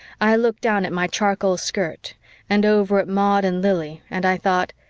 i looked down at my charcoal skirt and over at maud and lili and i thought,